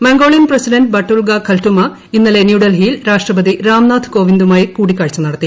Mongolian president Battulga Khaltmaa ഇന്നലെ ന്യൂഡൽഹിയിൽ രാഷ്ട്രപതി രാംനാഥ് കോവിന്ദുമായി കൂടിക്കാഴ്ച നടത്തി